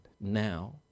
now